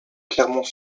clermont